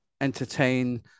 entertain